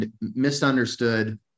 misunderstood